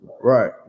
Right